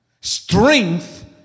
Strength